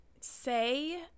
say